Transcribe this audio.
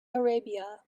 arabia